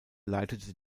leitete